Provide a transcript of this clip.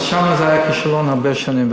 אבל שם זה היה כישלון הרבה שנים,